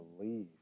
believe